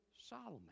Solomon